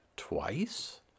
Twice